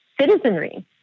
citizenry